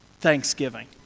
Thanksgiving